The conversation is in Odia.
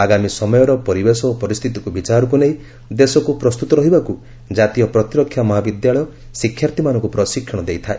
ଆଗାମୀ ସମୟର ପରିବେଶ ଓ ପରିସ୍ଥିତିକୁ ବିଚାରକୁ ନେଇ ଦେଶକୁ ପ୍ରସ୍ତୁତ ରହିବାକୁ ଜାତୀୟ ପ୍ରତିରକ୍ଷା ମହାବିଦ୍ୟାଳୟ ଶିକ୍ଷାର୍ଥୀମାନଙ୍କୁ ପ୍ରଶିକ୍ଷଣ ଦେଇଥାଏ